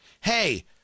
hey